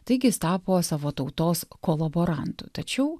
taigi jis tapo savo tautos kolaborantu tačiau